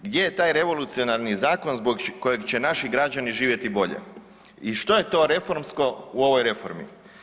Gdje je taj revolucionarni zakon zbog kojeg će naši građani živjeti bolje i što je to reformsko u ovoj reformi?